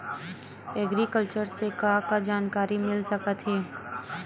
Agriculture से का का जानकारी मिल सकत हे?